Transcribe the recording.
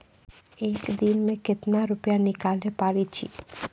एक दिन मे केतना रुपैया निकाले पारै छी?